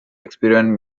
experimental